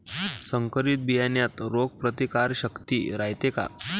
संकरित बियान्यात रोग प्रतिकारशक्ती रायते का?